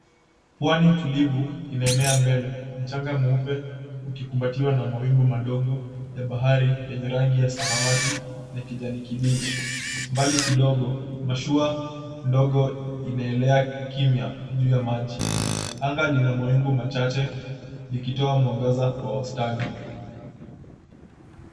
Pwani tulivu inaenea mbele, mchanga mweupe ukikumbatiwa na mawingu madogo ya bahari yenye rangi ya samawati na kijani kibichi mbali kidogo, mashua ndogo inaelea kimya juu ya maji. Anga ina mawingu machache ikitoa mwangaza wa wastani.